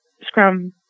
scrum